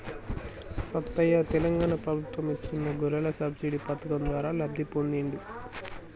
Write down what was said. సత్తయ్య తెలంగాణ ప్రభుత్వం ఇస్తున్న గొర్రెల సబ్సిడీ పథకం ద్వారా లబ్ధి పొందిండు